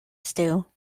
stew